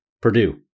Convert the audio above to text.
Purdue